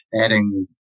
adding